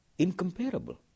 incomparable